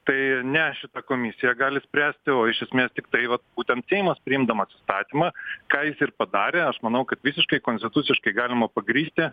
tai ne šita komisija gali spręsti o iš esmės tiktai vat būtent seimas priimdamas įstatymą ką jis ir padarė aš manau kad visiškai konstituciškai galima pagrįsti